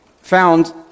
found